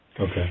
Okay